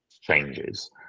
changes